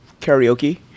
karaoke